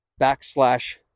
backslash